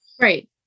Right